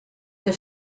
que